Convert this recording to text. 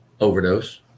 overdose